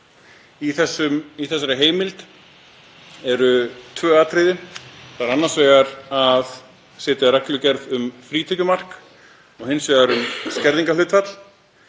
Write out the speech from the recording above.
Í þessari heimild eru tvö atriði; annars vegar að setja reglugerð um frítekjumark og hins vegar um skerðingarhlutfall.